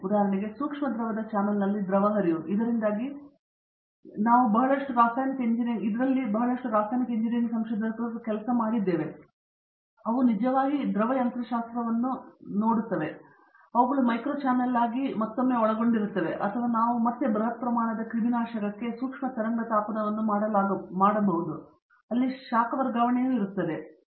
ಉದಾಹರಣೆಗೆ ಸೂಕ್ಷ್ಮ ದ್ರವದ ಚಾನಲ್ನಲ್ಲಿ ದ್ರವ ಹರಿವು ಇದರಿಂದಾಗಿ ನಾವು ಬಹಳಷ್ಟು ರಾಸಾಯನಿಕ ಇಂಜಿನಿಯರಿಂಗ್ ಸಂಶೋಧಕರು ಈ ಕೆಲಸವನ್ನು ಮಾಡುತ್ತಿದ್ದೇವೆ ಅವು ನಿಜವಾಗಿ ದ್ರವ ಯಂತ್ರಶಾಸ್ತ್ರವನ್ನು ಮಾಡುತ್ತಿವೆ ಆದರೆ ಅವುಗಳು ಮೈಕ್ರೊ ಚಾನಲ್ಗಾಗಿ ಮತ್ತೊಮ್ಮೆ ಒಳಗೊಂಡಿರುತ್ತವೆ ಅಥವಾ ನಾವು ಮತ್ತೆ ಬೃಹತ್ ಪ್ರಮಾಣದ ಕ್ರಿಮಿನಾಶಕಕ್ಕೆ ಸೂಕ್ಷ್ಮ ತರಂಗ ತಾಪನವನ್ನು ಮಾಡಲಾಗುತ್ತಿದೆ ಅಲ್ಲಿ ಶಾಖ ವರ್ಗಾವಣೆ ಸಹ